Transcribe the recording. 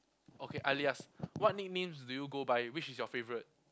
okay alias what nicknames do you go by which is your favourite